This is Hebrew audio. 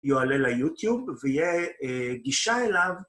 יועלה ליוטיוב ויהיה גישה אליו.